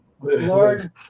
Lord